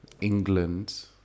England